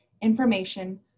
information